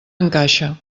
encaixa